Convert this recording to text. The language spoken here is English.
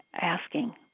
asking